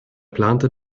planted